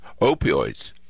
opioids